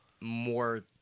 more